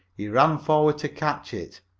he ran forward to catch it.